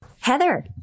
Heather